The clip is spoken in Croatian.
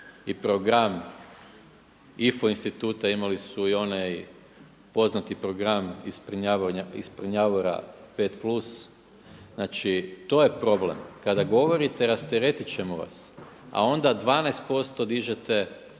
i program IFO instituta imali su i onaj poznati program iz Prnjavora 5 plus, znači to je problem. Kada govorite rasteretit ćemo vas, a onda 12% dižete